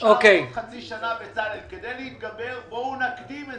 בואו נקדים את